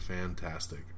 Fantastic